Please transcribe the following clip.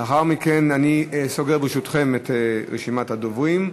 לאחר מכן אני סוגר, ברשותכם, את רשימת הדוברים.